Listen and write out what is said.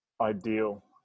ideal